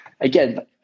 again